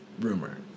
rumor